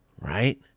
right